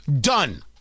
Done